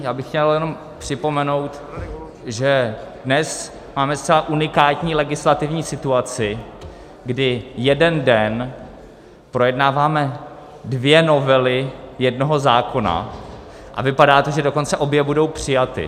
Já bych chtěl jenom připomenout, že dnes máme zcela unikátní legislativní situaci, kdy jeden den projednáváme dvě novely jednoho zákona, a vypadá to, že dokonce obě budou přijaty.